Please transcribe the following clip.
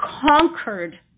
conquered